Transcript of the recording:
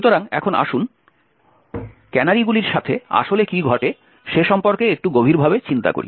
সুতরাং এখন আসুন ক্যানারিগুলির সাথে আসলে কী ঘটে সে সম্পর্কে একটু গভীরভাবে চিন্তা করি